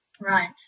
Right